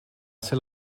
ser